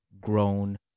grown